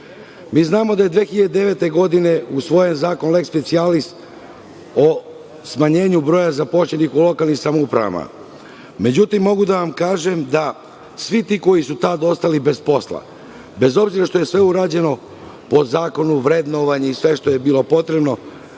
Mi znamo da je 2009. godine usvojen zakon lex specialis o smanjenju broja zaposlenih u lokalnim samoupravama. Međutim, mogu da vam kažem da svi ti koji su tada ostali bez posla, bez obzira što je sve urađeno po zakonu, vrednovanju i sve što je bilo potrebno,